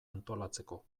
antolatzeko